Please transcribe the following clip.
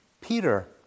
Peter